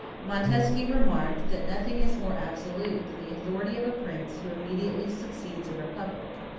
montesquieu remarked, that nothing is more absolute than the authority of a prince who immediately succeeds a republic,